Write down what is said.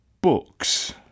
books